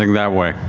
like that way.